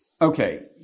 okay